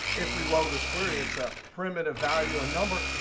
if we load this query, it's a primitive value, a number,